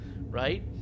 right